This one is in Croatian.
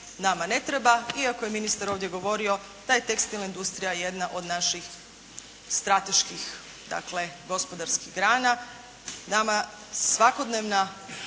nama ne treba iako je ministar ovdje govorio da je tekstilna industrija jedna od naših strateških gospodarskih grana. Nama svakodnevni